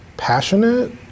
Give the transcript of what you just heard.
passionate